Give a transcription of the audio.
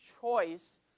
choice